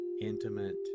intimate